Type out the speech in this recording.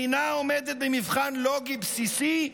אינה עומדת במבחן לוגי בסיסי,